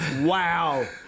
Wow